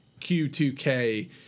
Q2K